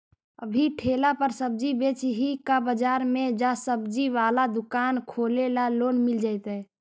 अभी ठेला पर सब्जी बेच ही का बाजार में ज्सबजी बाला दुकान खोले ल लोन मिल जईतै?